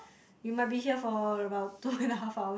you might be here for about two and a half hours